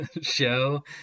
show